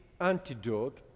antidote